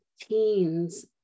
teens